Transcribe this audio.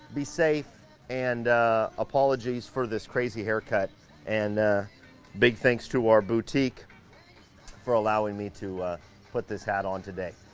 be safe and apologies for this crazy haircut and big thanks to our boutique for allowing me to put this hat on today.